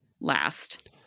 last